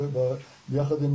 ביחד עם